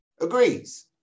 agrees